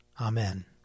Amen